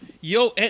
Yo